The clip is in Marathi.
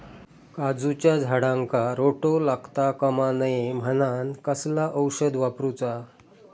काजूच्या झाडांका रोटो लागता कमा नये म्हनान कसला औषध वापरूचा?